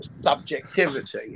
subjectivity